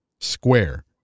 square